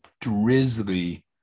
drizzly